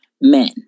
men